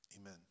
amen